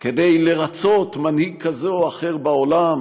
כדי לרצות מנהיג כזה או אחר בעולם